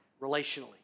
relationally